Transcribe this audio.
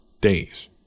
days